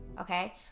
Okay